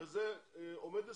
הרי זה עומד לזכותו.